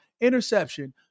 Interception